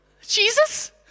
Jesus